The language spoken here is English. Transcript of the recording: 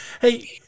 Hey